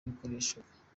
bakoreshaga